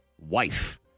wife